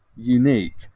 unique